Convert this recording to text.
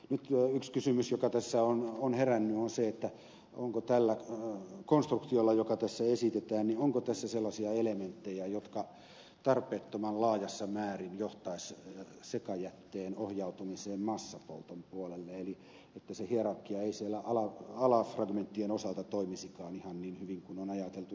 nyt jo yksi kysymys joka tässä on herännyt on se onko tässä konstruktiossa joka tässä esitetään sellaisia elementtejä jotka tarpeettoman laajassa määrin johtaisivat sekajätteen ohjautumiseen massapolton puolelle eli että se hierarkia ei siellä alafragmenttien osalta toimisikaan ihan niin hyvin kuin on ajateltu